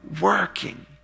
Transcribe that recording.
working